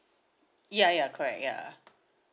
ya ya correct ya